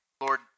Lord